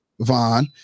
Vaughn